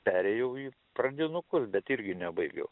perėjau į pradinukus bet irgi nebaigiau